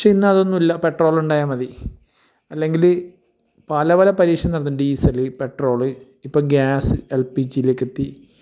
പക്ഷെ ഇന്ന് അതൊന്നുമല്ല പെട്രോൾ ഉണ്ടായാൽ മതി അല്ലെങ്കിൽ പല പല പരീക്ഷണങ്ങൾ നടത്തുന്നുണ്ട് ഡീസല് പെട്രോള് ഇപ്പോൾ ഗ്യാസ് എൽ പി ജിയിലേക്കെത്തി